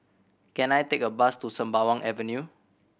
can I take a bus to Sembawang Avenue